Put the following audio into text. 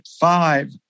five